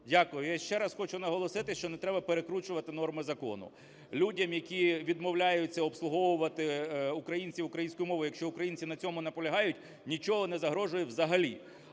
Дякую. Я ще раз хочу наголосити, що не треба перекручувати норми закону. Людям, які відмовляються обслуговувати українців українською мовою, якщо українці на цьому наполягають, нічого не загрожує взагалі.